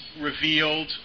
revealed